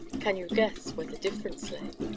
can you guess where the difference lay?